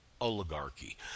oligarchy